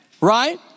Right